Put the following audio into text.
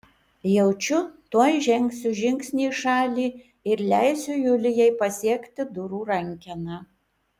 jaučiu tuoj žengsiu žingsnį į šalį ir leisiu julijai pasiekti durų rankeną